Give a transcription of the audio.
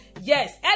yes